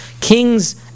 Kings